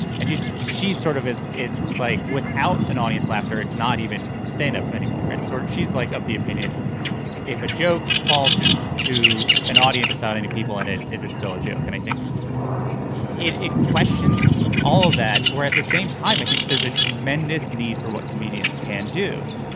and she's she's sort of it's it's like without an audience. laughter it's not even stand-up anymore. it's sort of she's like of the opinion if a joke fallston to an audience without any people in it. is it still a joke? and i think it it questions all of that. or at the same time, i think there's a tremendous need for what comedians can do.